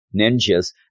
ninjas